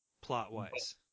plot-wise